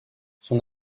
son